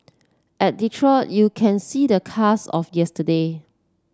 at Detroit you see the cars of yesterday